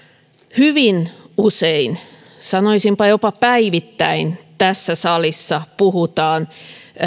hyvin usein sanoisinpa että jopa päivittäin tässä salissa puhutaan